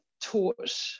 taught